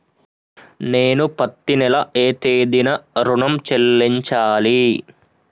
నేను పత్తి నెల ఏ తేదీనా ఋణం చెల్లించాలి?